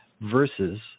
Versus